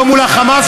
לא מול ה"חמאס",